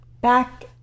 Back